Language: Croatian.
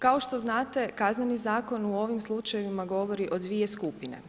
Kao što znate, Kazneni zakon u ovim slučajevima govori o dvije skupine.